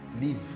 leave